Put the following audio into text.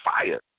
fire